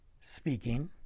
speaking